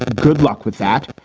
ah good luck with that.